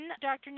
Dr